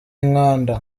inkanda